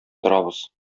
торабыз